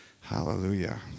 hallelujah